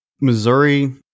Missouri